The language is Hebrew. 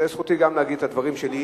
זו זכותי גם להגיד את הדברים שלי.